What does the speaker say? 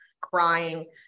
crying